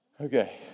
Okay